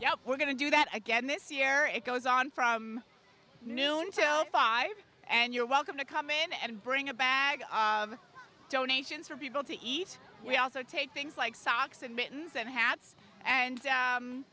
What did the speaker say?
yeah we're going to do that again this year it goes on from noon until five and you're welcome to come in and bring a bag of donations for people to eat we also take things like socks and mittens and hats and